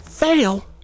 fail